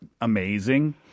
amazing